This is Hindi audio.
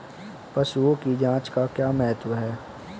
पशुओं की जांच का क्या महत्व है?